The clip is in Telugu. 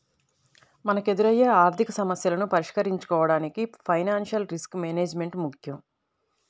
మనకెదురయ్యే ఆర్థికసమస్యలను పరిష్కరించుకోడానికి ఫైనాన్షియల్ రిస్క్ మేనేజ్మెంట్ ముక్కెం